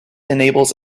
enables